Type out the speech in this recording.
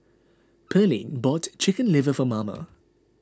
Pearlene bought Chicken Liver for Merna